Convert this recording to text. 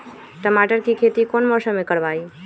टमाटर की खेती कौन मौसम में करवाई?